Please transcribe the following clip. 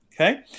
Okay